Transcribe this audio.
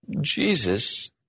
Jesus